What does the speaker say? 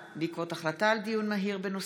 הצעת חוק תאגידי מים וביוב (תיקון,